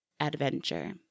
adventure